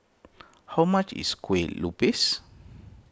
how much is Kue Lupis